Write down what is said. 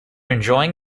enjoying